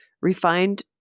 refined